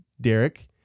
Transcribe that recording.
Derek